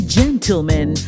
gentlemen